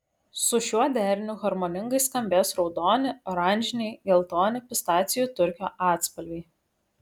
su šiuo deriniu harmoningai skambės raudoni oranžiniai geltoni pistacijų turkio atspalviai